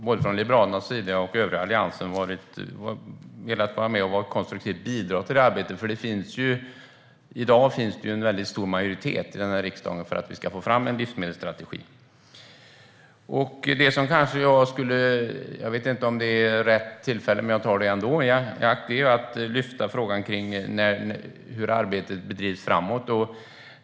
Både Liberalerna och den övriga Alliansen har därför velat vara med och bidra konstruktivt till arbetet, för i dag finns en stor majoritet i riksdagen för att få fram en livsmedelsstrategi. Jag vet inte om det är rätt tillfälle, men jag vill ändå lyfta upp frågan hur arbetet bedrivs framåt.